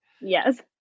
yes